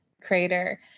Creator